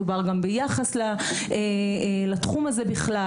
מדובר גם ביחס לתחום הזה בכלל.